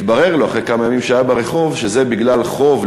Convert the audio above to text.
התברר לו אחרי כמה ימים שהיה ברחוב שזה בגלל חוב,